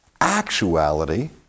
Actuality